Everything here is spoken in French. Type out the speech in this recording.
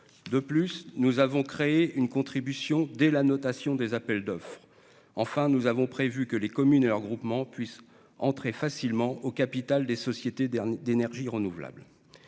de plus, nous avons créé une contribution des la notation des appels d'offres, enfin, nous avons prévu que les communes et leurs groupements puissent entrer facilement au capital des sociétés dernier d'énergies renouvelables,